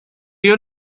you